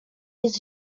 jest